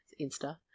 Insta